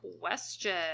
question